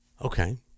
Okay